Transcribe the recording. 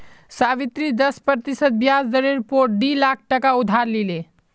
सावित्री दस प्रतिशत ब्याज दरेर पोर डी लाख टका उधार लिले